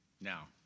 Now